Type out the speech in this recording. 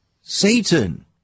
Satan